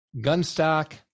Gunstock